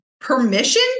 Permission